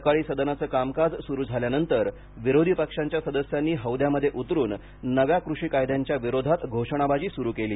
सकाळी सदनाचं कामकाज सुरू झाल्यानंतर विरोधी पक्षांच्या सदस्यांनी हौद्यामध्ये उतरून नव्या कृषीकायद्यांच्या विरोधात घोषणाबाजी स्रू केली